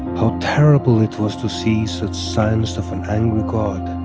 how terrible it was to see such signs of an angry god.